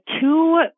two